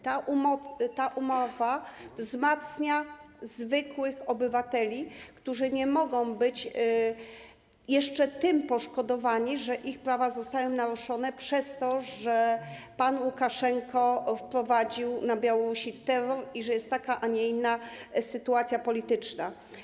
Ta umowa wzmacnia zwykłych obywateli, którzy nie mogą być poszkodowani jeszcze w tym zakresie, że ich prawa zostają naruszone, przez to, że pan Łukaszenka wprowadził na Białorusi terror i że jest taka, a nie inna sytuacja polityczna.